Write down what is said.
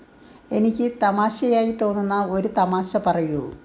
എനിക്ക് തമാശയായി തോന്നുന്ന ഒരു തമാശ പറയൂ